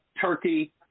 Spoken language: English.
Turkey